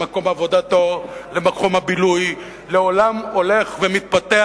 למקום עבודתו, למקום הבילוי, לעולם הולך ומתפתח,